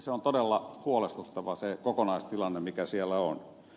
se on todella huolestuttava se kokonaistilanne mikä siellä on